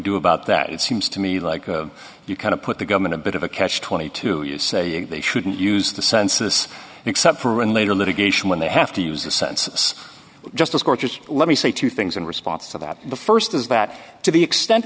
do about that it seems to me like you kind of put the government a bit of a catch twenty two you say they shouldn't use the census except for in later litigation when they have to use the census just of course is let me say two things in response to that the first is that to the extent